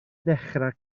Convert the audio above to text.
ddechrau